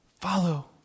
Follow